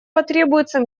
потребуется